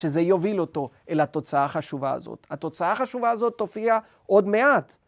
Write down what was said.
שזה יוביל אותו אל התוצאה החשובה הזאת. התוצאה החשובה הזאת תופיע עוד מעט.